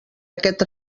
aquest